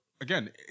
Again